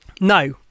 no